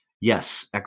Yes